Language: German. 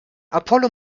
apollo